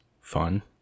fun